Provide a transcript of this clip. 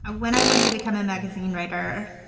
ah when i wanted to become a magazine writer,